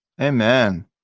Amen